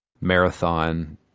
Marathon